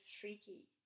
freaky